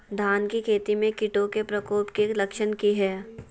धान की खेती में कीटों के प्रकोप के लक्षण कि हैय?